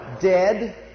dead